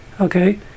okay